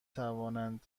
توانند